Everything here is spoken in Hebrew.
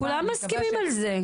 כולם מסכימים על זה.